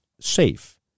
safe